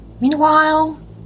Meanwhile